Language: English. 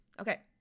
Okay